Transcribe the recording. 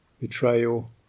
betrayal